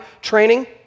training